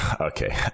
Okay